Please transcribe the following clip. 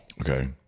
Okay